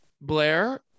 blair